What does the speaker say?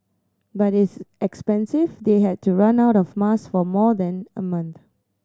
but it's expensive they had run out of mask for more than a month